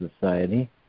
Society